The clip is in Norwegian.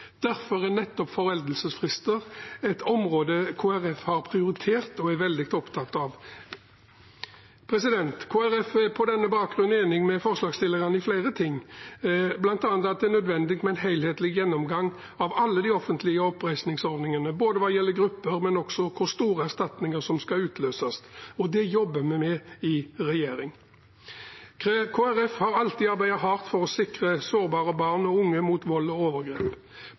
Derfor er nettopp foreldelsesfrister et område Kristelig Folkeparti har prioritert og er veldig opptatt av. Kristelig Folkeparti er på denne bakgrunn enig med forslagsstillerne i flere ting, bl.a. at det er nødvendig med en helhetlig gjennomgang av alle de offentlige oppreisningsordningene, både hva gjelder grupper, og også hvor store erstatninger som skal utløses. Det jobber vi med i regjering. Kristelig Folkeparti har alltid arbeidet hardt for å sikre sårbare barn og unge mot vold og overgrep.